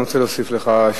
אני רוצה להוסיף לך,